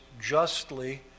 justly